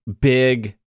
big